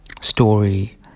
story